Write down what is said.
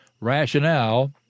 rationale